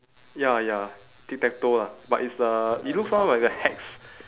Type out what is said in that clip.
ya ya tic-tac-toe lah but it's a it looks more like a hex